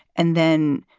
and then